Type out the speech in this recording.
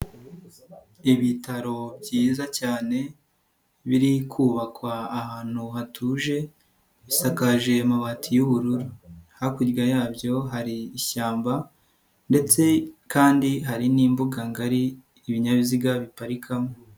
Ibitaro byiza cyane biri kubakwa ahantu hatuje bisakaje amabati y'ubururu, hakurya yabyo hari ishyamba ndetse kandi hari n'imbuga ngari ibinyabiziga biparikamo.